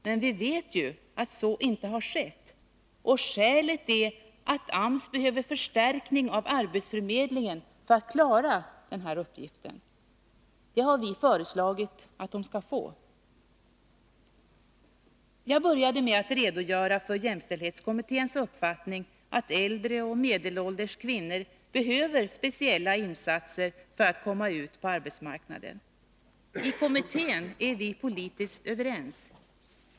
Men vi vet ju att så inte har skett, och skälet är att AMS behöver förstärkning av arbetsförmedlingen för att klara denna uppgift. Det har vi också föreslagit att man skall få. Jag började med att redogöra för jämställdhetskommitténs uppfattning att äldre och medelålders kvinnor behöver speciella insatser för att komma ut på arbetsmarknaden. I kommittén är vi politiskt överens.